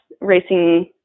racing